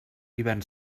hivern